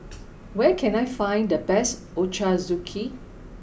where can I find the best Ochazuke